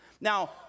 now